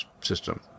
system